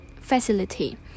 facility